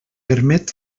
permet